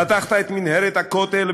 פתחת את מנהרת הכותל,